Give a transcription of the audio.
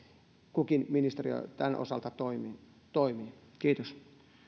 kukin ministeriö tämän osalta toimii kiitos